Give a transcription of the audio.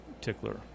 tickler